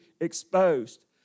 exposed